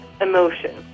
emotion